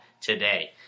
today